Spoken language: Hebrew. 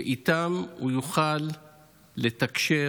שאיתם הוא יוכל לתקשר,